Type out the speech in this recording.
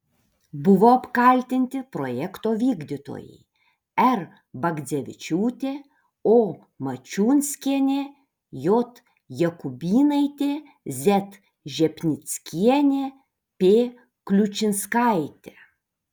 buvo apkaltinti projekto vykdytojai r bagdzevičiūtė o mačiunskienė j jakubynaitė z žepnickienė p kliučinskaitė